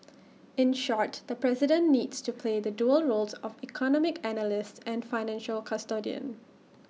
in short the president needs to play the dual roles of economic analyst and financial custodian